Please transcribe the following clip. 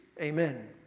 Amen